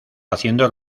haciendo